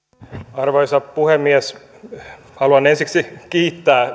arvoisa puhemies haluan ensiksi kiittää